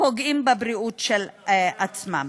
פוגעים בבריאות של עצמם.